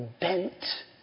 bent